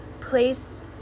place